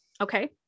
Okay